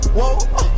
whoa